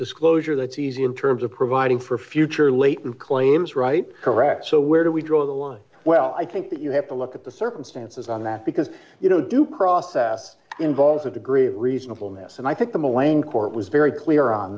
disclosure that's easy in terms of providing for future latent claims right correct so where do we draw the line well i think that you have to look at the circumstances on that because you know due process involves a degree of reasonableness and i think the millennium court was very clear on